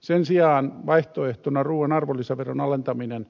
sen sijaan vaihtoehtona ruuan arvolisäveron alentaminen